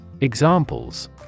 Examples